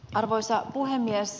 arvoisa puhemies